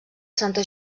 santa